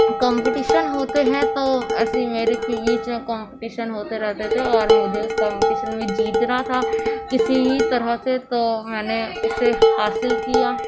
competition ہوتے ہیں تو ایسی میرے کے بیچ میں کمپٹیشن ہوتے رہتے تھے اور مجھے اس کا کمپٹیشن میں جیتنا تھا کسی بھی طرح سے تو میں نے اسے حاصل کیا